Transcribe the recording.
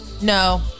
No